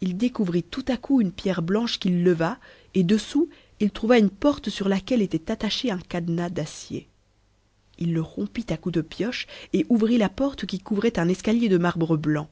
il découvrit tout à coup une pierre manche qu'il leva et dessous il trouva une porte sur laquelle était attache un cadenas d'acier il le rompit à coups de pioche et ouvrit ia porte qui couvrait un escalier de marbre blanc